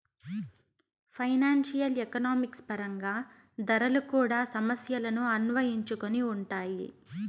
financial economics పరంగా ధరలు కూడా సమస్యలను అన్వయించుకొని ఉంటాయి